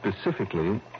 specifically